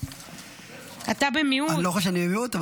אתה במיעוט.